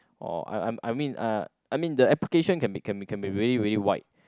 orh I I mean uh I mean the application can be can be really really wide